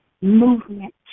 movement